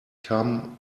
come